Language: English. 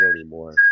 anymore